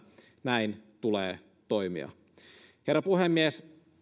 näin tulee toimia herra puhemies